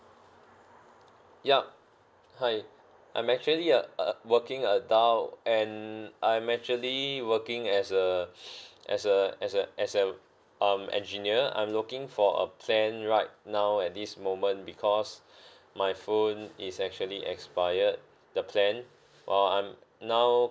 yup hi I'm actually a a working adult and I'm actually working as a as a as a as a um engineer I'm looking for a plan right now at this moment because my phone is actually expired the plan while I'm now